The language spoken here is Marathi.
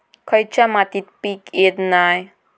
खयच्या मातीत पीक येत नाय?